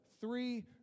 three